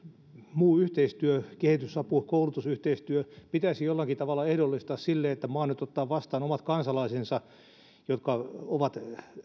muu yhteistyö kehitysapu koulutusyhteistyö pitäisi jollakin tavalla ehdollistaa sille että maa nyt ottaa vastaan omat kansalaisensa jotka ovat